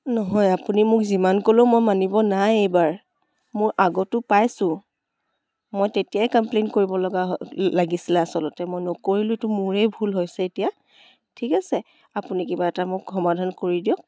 নহয় আপুনি মোক যিমান ক'লেও মই মানিব নাই এইবাৰ মোৰ আগতো পাইছোঁ মই তেতিয়াই কম্প্লেইণ্ট কৰিব লগা হয় লাগিছিলে আচলতে মই নকৰিলোঁ সেইটো মোৰেই ভুল হৈছে এতিয়া ঠিক আছে আপুনি কিবা এটা মোক সমাধান কৰি দিয়ক